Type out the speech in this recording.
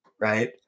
right